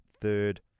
third